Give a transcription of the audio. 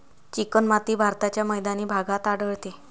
चिकणमाती भारताच्या मैदानी भागात आढळते